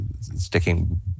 sticking